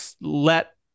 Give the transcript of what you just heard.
let